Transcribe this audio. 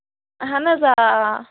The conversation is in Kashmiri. اَہَن حظ آ آ